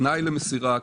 כתנאי למסירה,